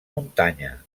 muntanya